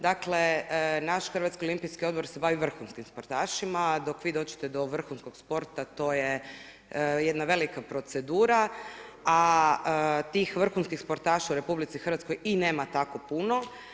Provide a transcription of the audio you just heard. Dakle, naš Hrvatski olimpijski odbor se bavi vrhunskim sportašima, dok vi dođete do vrhunskog sporta to je jedna velika procedura, a tih vrhunskih sportaša u RH i nema tako puno.